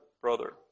brother